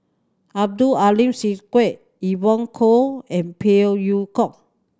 Abdul Aleem Siddique Evon Kow and Phey Yew Kok